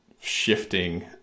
shifting